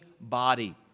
body